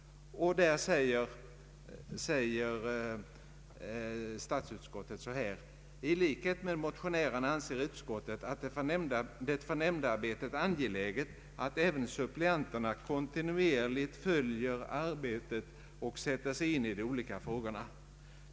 Statsutskottet säger i sitt utlåtande: ”I likhet med motionärerna anser utskottet det för nämndarbetet angeläget att även suppleanterna kontinuerligt följer arbetet och sätter sig in i de olika frågorna.